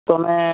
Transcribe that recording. ତୁମେ